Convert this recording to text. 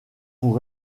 vous